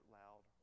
loud